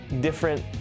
different